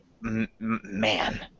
man